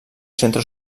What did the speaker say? centre